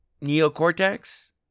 neocortex